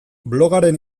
blogaren